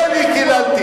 לא אני קיללתי,